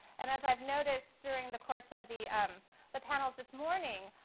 and as i've noticed during the course of the um the panels this morning,